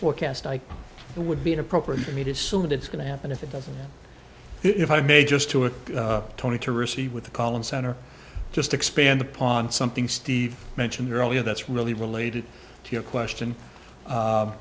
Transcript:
forecast i would be inappropriate for me to assume that it's going to happen if it doesn't if i may just to it tony to receive with the column center just expand upon something steve mentioned earlier that's really related to your question